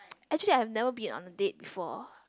actually I have never been on date before